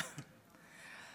תודה רבה.